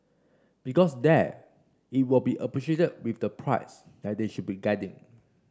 because there it will be appreciated with the price that they should be getting